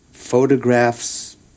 Photographs